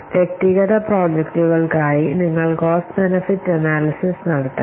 വ്യക്തിഗത പ്രോജക്റ്റുകൾക്കായി നിങ്ങൾ കോസ്റ്റ്ബെനെഫിറ്റ് അനാല്യ്സിസ് നടത്തണം